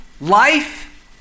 Life